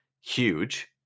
huge